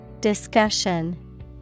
Discussion